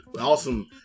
awesome